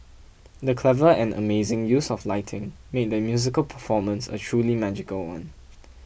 the clever and amazing use of lighting made the musical performance a truly magical one